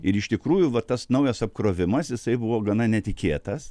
ir iš tikrųjų va tas naujas apkrovimas jisai buvo gana netikėtas